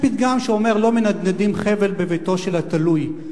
יש פתגם שאומר שלא מנדנדים חבל בביתו של התלוי.